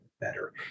better